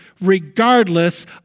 regardless